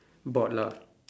board lah